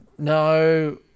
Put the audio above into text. No